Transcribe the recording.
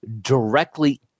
directly